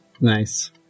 Nice